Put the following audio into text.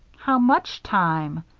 how much time?